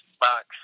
box